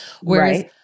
Whereas